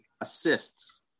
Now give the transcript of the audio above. assists